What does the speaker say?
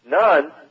None